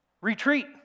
Retreat